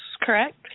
correct